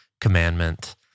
commandment